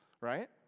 right